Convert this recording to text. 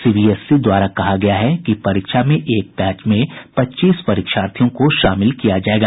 CBSE द्वारा कहा गया है कि परीक्षा में एक बैच में पच्चीस परीक्षार्थियों को शामिल किया जायेगा